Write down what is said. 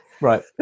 Right